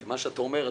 מה שאתה אומר,